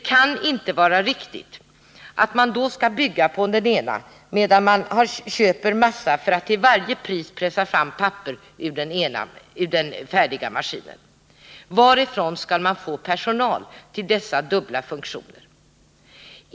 Det kan inte vara riktigt att man då skall bygga på den ena, medan man köper massa för att till varje pris pressa fram papper ur den färdiga maskinen. Varifrån skall man få personal till dessa dubbla funktioner?